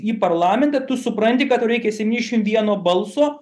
į parlamentą tu supranti kad tau reikia septyniasdešimt vieno balso